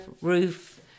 roof